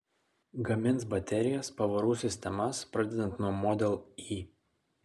gamins baterijas pavarų sistemas pradedant nuo model y